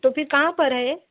तो फ़िर कहाँ पर है यह